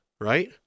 right